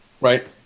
Right